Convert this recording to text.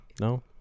No